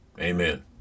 Amen